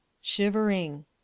Shivering